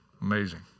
Amazing